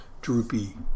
droopy